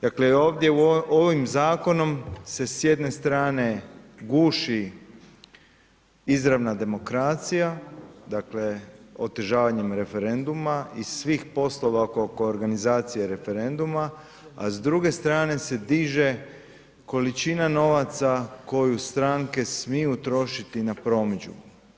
Dakle, ovdje ovim zakonom se, s jedne strane guši izravna demokracija, dakle, otežavanjem referenduma i svih poslova oko organizacije referenduma, a s druge strane se diže količina novaca koju stranke smiju trošiti na promidžbu.